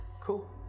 Cool